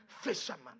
fisherman